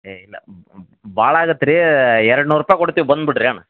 ಏ ಇಲ್ಲ ಭಾಳ ಆಗತ್ತೆ ರೀ ಎರಡುನೂರು ರೂಪಾಯಿ ಕೊಡ್ತಿವಿ ಬಂದುಬಿಡ್ರಿ ಅಣ್ಣ